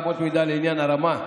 אמות מידה לעניין הרמה,